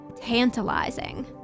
tantalizing